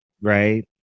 Right